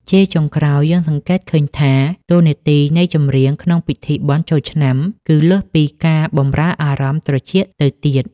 ជាចុងក្រោយ យើងសង្កេតឃើញថា តួនាទីនៃចម្រៀងក្នុងពិធីបុណ្យចូលឆ្នាំ គឺលើសពីការបម្រើអារម្មណ៍ត្រចៀកទៅទៀត។